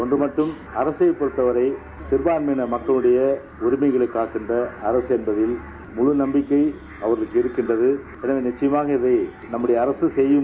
ஒன்று மட்டும் அரசை பொறுத்தவரை சிறபான்மையின மக்களுடைய உரிமைகளை காக்கின்ற அரசு என்ற முழு நம்பிக்கை அவர்களுக்கு இருக்கின்றது எனவே நிச்சபமாக இதை அரசு செப்யும்